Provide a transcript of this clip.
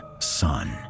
Son